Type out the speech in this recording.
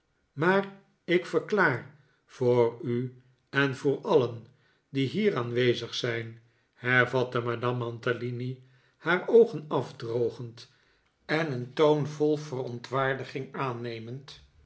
maar ik verklaar voor u en voor alien die hier aanwezig zijn hervatte madame mantalini haar oogen afdrogend en een toon vol verantwaardiging aannemend